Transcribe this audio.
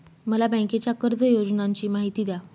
मला बँकेच्या कर्ज योजनांची माहिती द्या